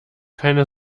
keine